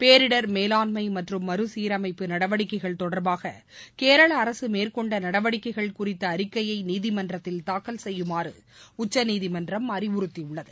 பேரிடர் மேலாண்மை மற்றும் மறுசீரமைப்பு நடவடிக்கைகள் தொடர்பாக கேரள அரசு மேற்கொண்ட நடவடிக்கைகள் குறித்த அறிக்கையை நீதிமன்றத்தில் தாக்கல் செய்யுமாறு உச்சநீதிமன்றம் அறிவுறுத்தியுள்ளது